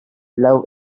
love